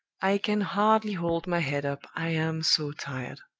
i can hardly hold my head up, i am so tired.